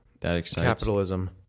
capitalism